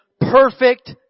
perfect